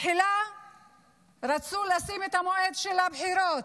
תחילה רצו לקבוע את המועד של הבחירות,